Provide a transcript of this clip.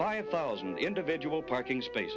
five thousand individual parking space